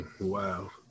wow